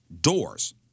doors